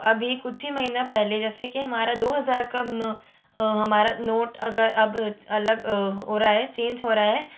अभी कुछ ही महीना पहले जैसे कि हमारा दो हजार का नो हमारा नोट अगर अब अलग हो रहा है चेंज हो रहा है